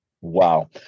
Wow